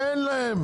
אין להם.